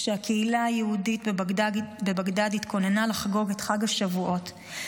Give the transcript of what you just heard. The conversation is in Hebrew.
כשהקהילה היהודית בבגדאד התכוננה לחגוג את חג השבועות,